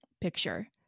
picture